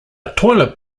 toilet